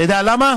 אתה יודע למה?